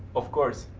of course.